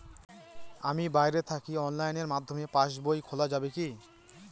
আমি বাইরে থাকি অনলাইনের মাধ্যমে পাস বই খোলা যাবে কি?